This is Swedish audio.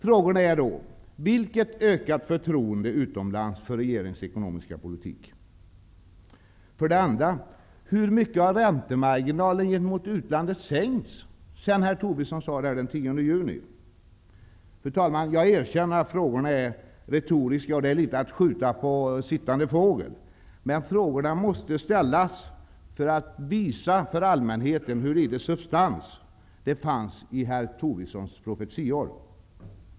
Frågorna är: Vilket ökat förtroende utomlands för regeringens ekonomiska politik har man kunnat iakttaga under de senaste månaderna? Hur mycket har räntemarginalen gentemot utlandet minskat sedan herr Tobisson sade detta den 10 juni? Fru talman! Jag erkänner att frågorna är retoriska och litet av att ''skjuta på sittande fågel'', men frågorna måste ställas för att visa för allmänheten hur litet substans det fanns i herr Tobisson profetior.